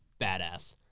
badass